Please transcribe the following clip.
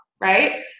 right